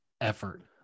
effort